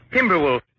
Timberwolf